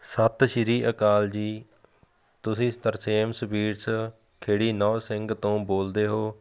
ਸਤਿ ਸ਼੍ਰੀ ਅਕਾਲ ਜੀ ਤੁਸੀਂ ਤਰਸੇਮ ਸਵੀਟਸ ਖੇੜੀ ਨੌ ਸਿੰਘ ਤੋਂ ਬੋਲਦੇ ਹੋ